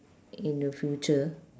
in the future